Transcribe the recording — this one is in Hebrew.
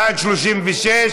עבר בקריאה שלישית.